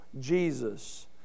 Jesus